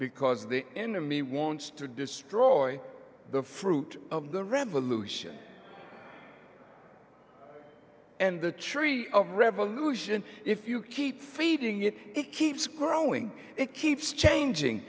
because the enemy wants to destroy the fruit of the revolution and the tree of revolution if you keep feeding it it keeps growing it keeps changing